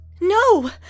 No